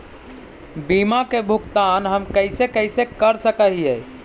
बीमा के भुगतान हम कैसे कैसे कर सक हिय?